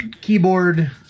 keyboard